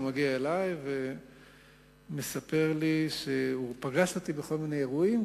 הוא מגיע אלי ומספר לי שהוא פגש אותי בכל מיני אירועים,